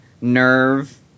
Nerve